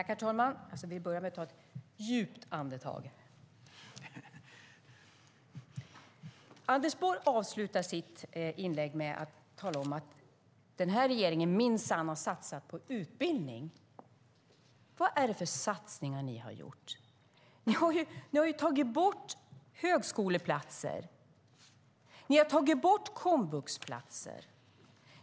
Herr talman! Jag ska börja med att ta ett djupt andetag. Anders Borg avslutar sitt inlägg med att tala om att den här regeringen minsann har satsat på utbildning. Vad är det för satsningar ni har gjort? Ni har ju tagit bort högskoleplatser. Ni har tagit bort komvuxplatser.